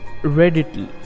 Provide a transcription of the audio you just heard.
Reddit